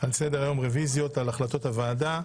על סדר היום: רביזיות על החלטות הוועדה.